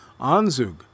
Anzug